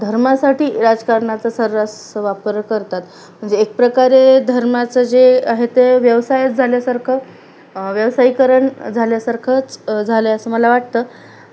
धर्मासाठी राजकारणाचा सर्रास वापर करतात म्हणजे एक प्रकारे धर्माचं जे आहे ते व्यवसाय झाल्यासारखं व्यवसायीकरण झाल्यासारखंच झालं आहे असं मला वाटतं